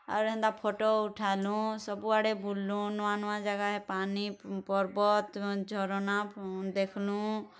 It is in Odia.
ଆର ହେନ୍ତା ଫଟୋ ଉଠାଲୁଁ ସବୁ ଆଡ଼େ ବୁଲ୍ଲୁଁ ନୂଆ ନୂଆ ଜାଗା ହେ ପାନି ପର୍ବତ୍ ଝର୍ନା ଦେଖ୍ଲୁଁ